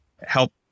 help